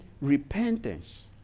repentance